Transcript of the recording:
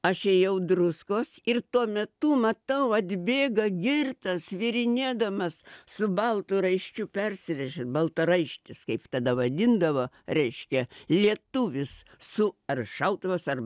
aš ėjau druskos ir tuo metu matau atbėga girtas svyrinėdamas su baltu raiščiu persirėžęs baltaraištis kaip tada vadindavo reiškia lietuvis su ar šautuvas ar